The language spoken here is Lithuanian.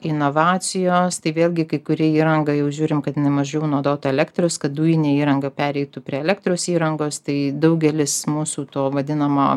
inovacijos tai vėlgi kai kuri įranga jau žiūrim kad jinai mažiau naudotų elektros kad dujinė įranga pereitų prie elektros įrangos tai daugelis mūsų to vadinamo